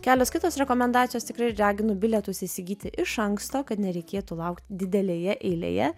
kelios kitos rekomendacijos tikrai raginu bilietus įsigyti iš anksto kad nereikėtų laukt didelėje eilėje